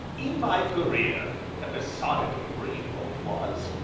in my career, episodically brief though it was,